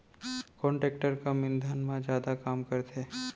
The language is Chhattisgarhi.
कोन टेकटर कम ईंधन मा जादा काम करथे?